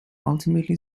ultimately